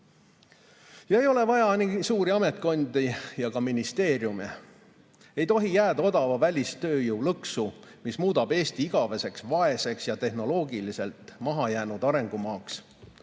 Ei ole vaja suuri ametkondi ega ka ministeeriume. Ei tohi jääda odava välistööjõu lõksu, mis muudab Eesti igaveseks vaeseks ja tehnoloogiliselt mahajäänud arengumaaks.